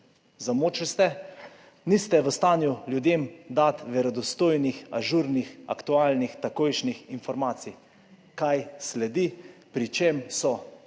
Zamočili ste. Niste v stanju ljudem dati verodostojnih, ažurnih, aktualnih, takojšnjih informacij, kaj sledi, pri čem so.